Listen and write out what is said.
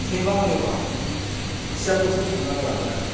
सैमा होनोबा सियालखौसो हमना लाग्रोनांगोन